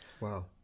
Wow